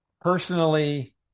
personally